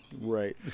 Right